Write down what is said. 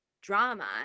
drama